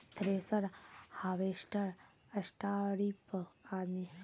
thresher, harvester, स्टारीपर आदि फसल कटाई आरो तैयारी वाला मशीन छेकै